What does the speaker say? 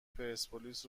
پرسپولیس